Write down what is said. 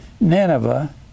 Nineveh